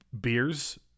beers